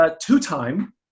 two-time